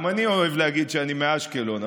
גם אני אוהב להגיד שאני מאשקלון,